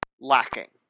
lacking